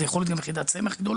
וזה יכול להיות גם יחידת סמך גדולה,